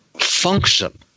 function